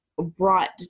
brought